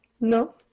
No